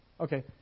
Okay